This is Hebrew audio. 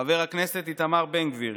חבר הכנסת איתמר בן גביר,